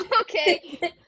Okay